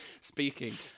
Speaking